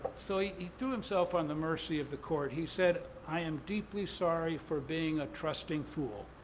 so he he threw himself on the mercy of the court. he said, i am deeply sorry for being a trusting fool.